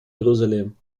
jerusalem